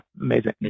amazing